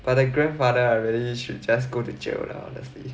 but the grandfather I really should just go to jail lah honestly